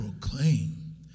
proclaim